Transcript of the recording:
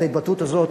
את ההתבטאות הזאת